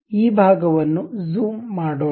ಈ ಭಾಗವನ್ನು ಜೂಮ್ ಮಾಡೋಣ